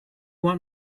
want